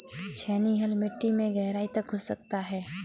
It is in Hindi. छेनी हल मिट्टी में गहराई तक घुस सकता है